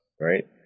right